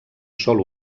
sol